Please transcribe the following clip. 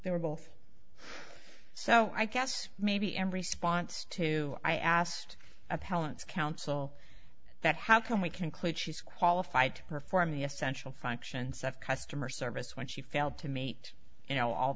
they were both so i guess maybe and response to i asked appellants counsel that how can we conclude she's qualified to perform the essential functions of customer service when she failed to meet you know all